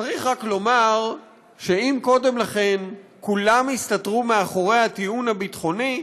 צריך רק לומר שאם קודם לכן כולם הסתתרו מאחורי הטיעון הביטחוני,